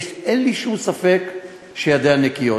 אין לי שום ספק שידיה נקיות.